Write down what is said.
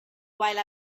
while